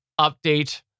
update